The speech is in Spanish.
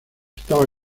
estaba